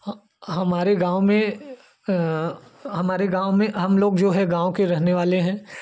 हमारे गाँव में हमारे गाँव में हम लोग जो है गाँव के रहने वाले हैं